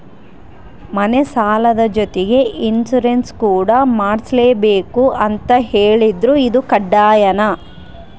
ಮನೆ ಸಾಲದ ಜೊತೆಗೆ ಇನ್ಸುರೆನ್ಸ್ ಕೂಡ ಮಾಡ್ಸಲೇಬೇಕು ಅಂತ ಹೇಳಿದ್ರು ಇದು ಕಡ್ಡಾಯನಾ?